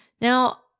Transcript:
Now